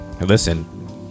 listen